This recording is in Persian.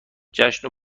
جشن